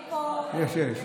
אין פה, יש, יש.